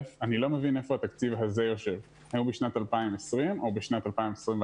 אני לא מבין איפה התקציב הזה יושב האם הוא בשנת 2020 או בשנת 2021?